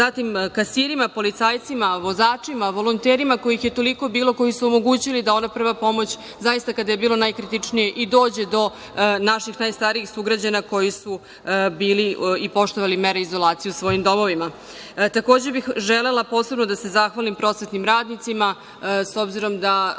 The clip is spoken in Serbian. zatim kasirima, policajcima, vozačima, volonterima kojih je toliko bilo, koji su omogućili da ona prva pomoć, zaista kada je bilo najkritičnije i dođe do naših najstarijih sugrađana koji su bili i poštovali mere izolacije u svojim domovima. Takođe bih želela posebno da se zahvalim prosvetnim radnicima, s obzirom da